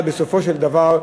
בסופו של דבר,